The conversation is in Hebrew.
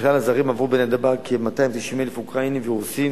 מכלל הזרים עברו בנתב"ג כ-290,000 אוקראינים ורוסים,